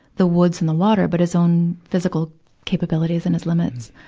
the woods and the water, but his own physical capabilities and his limits.